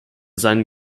seinen